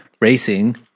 racing